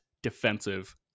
defensive